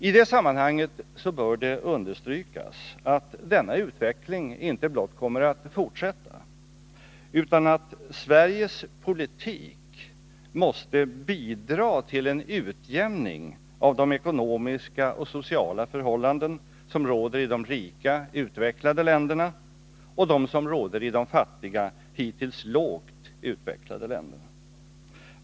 I detta sammanhang bör det understrykas inte blott att denna utveckling kommer att fortsätta, utan också att Sveriges politik måste bidra till en utjämning mellan de ekonomiska och sociala förhållanden som råder i de rika, utvecklade länderna och de som råder i de fattiga, hittills lågt utvecklade länderna.